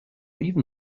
even